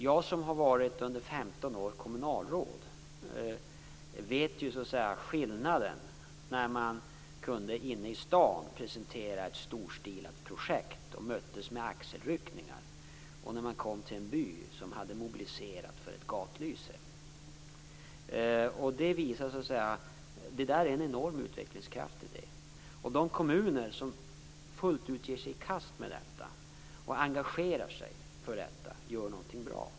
Jag, som under 15 år har varit kommunalråd, känner ju till skillnaden mellan att inne i staden presentera ett storstilat projekt och mötas med axelryckningar och att komma till en by som mobiliserat för ett gatlyse. Det finns en enorm utvecklingskraft i detta. De kommuner som fullt ut ger sig i kast med detta och engagerar sig för detta, gör något bra.